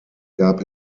gab